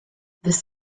this